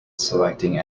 selecting